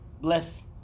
bless